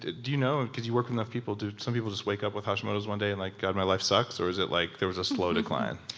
do you know, because you work with enough people, do some people just wake up with hashimoto's one day and like, my life sucks, or is it like there was a slow decline?